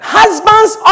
husbands